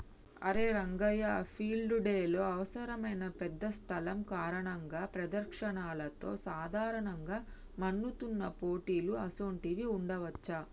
అరే రంగయ్య ఫీల్డ్ డెలో అవసరమైన పెద్ద స్థలం కారణంగా ప్రదర్శనలతో సాధారణంగా మన్నుతున్న పోటీలు అసోంటివి ఉండవచ్చా